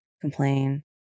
complain